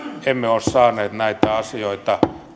ei ole saanut näitä asioita